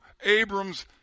Abram's